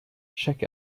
check